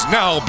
now